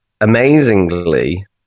amazingly